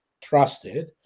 trusted